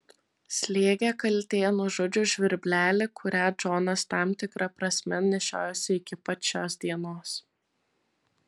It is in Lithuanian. slėgė kaltė nužudžius žvirblelį kurią džonas tam tikra prasme nešiojosi iki pat šios dienos